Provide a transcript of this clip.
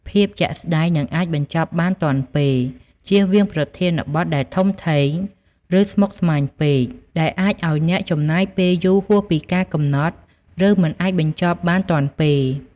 ភាពជាក់ស្តែង និងអាចបញ្ចប់បានទាន់ពេល ជៀសវាងប្រធានបទដែលធំធេង ឬស្មុគស្មាញពេក ដែលអាចឲ្យអ្នកចំណាយពេលយូរហួសពីការកំណត់ ឬមិនអាចបញ្ចប់បានទាន់ពេល។